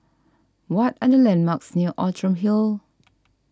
what are the landmarks near Outram Hill